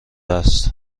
است